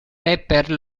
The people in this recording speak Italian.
rapper